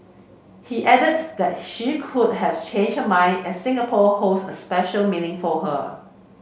he added that she could have changed her mind as Singapore holds a special meaning for her